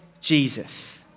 Jesus